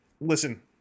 listen